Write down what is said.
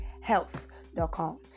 health.com